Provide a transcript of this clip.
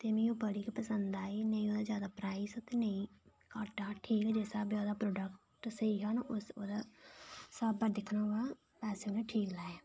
ते मिगी ओह् बड़ी गै पसंद आई ते ना जादा प्राईस ते रेट जिस स्हाबै दा प्रोडक्ट हा ना ठीक स्हाबा दिक्खना होऐ पैसे उ'नें ठीक लाए